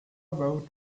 about